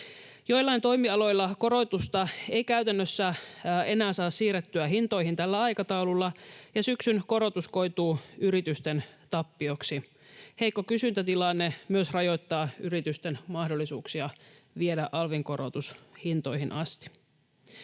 Joillain toimialoilla korotusta ei käytännössä enää saa siirrettyä hintoihin tällä aikataululla, ja syksyn korotus koituu yritysten tappioksi. Heikko kysyntätilanne myös rajoittaa yritysten mahdollisuuksia viedä alvin korotus hintoihin asti.